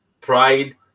pride